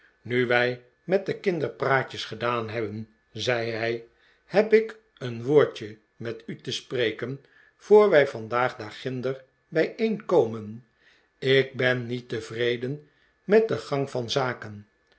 nu wij met de kinderpraatjes gedaan hebben zei hij heb ik een woordje met u te spreken voor wij vandaag daarginder bijeenkomen ik ben niet tevreden met den gang van zaken